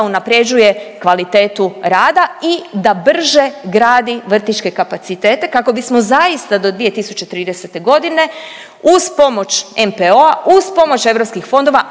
unaprjeđuje kvalitetu rada i da brže gradi vrtićke kapacitete kako bismo zaista do 2030.g. uz pomoć NPOO-a, uz pomoć europskih fondova,